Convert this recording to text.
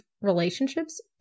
relationships